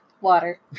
Water